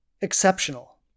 exceptional